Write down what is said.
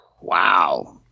Wow